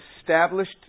established